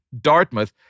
Dartmouth